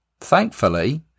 Thankfully